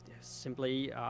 simply